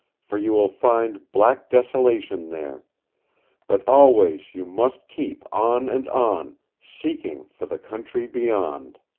for you will find black desolation there but always you must keep on and on, seeking for the country beyond.